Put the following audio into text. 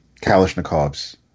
Kalashnikov's